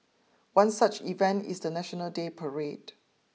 one such event is the National Day parade